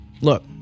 look